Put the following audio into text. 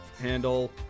handle